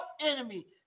enemy